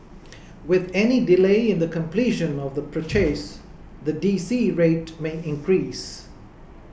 with any delay in the completion of the purchase the D C rate may increase